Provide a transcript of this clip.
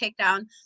takedown